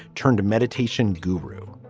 turned to meditation guru